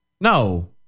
No